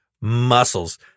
muscles